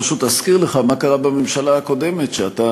פשוט אזכיר לך מה קרה בממשלה הקודמת שאתה